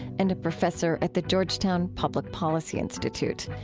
and a professor at the georgetown public policy institute.